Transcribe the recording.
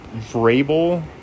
Vrabel